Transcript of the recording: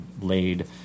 laid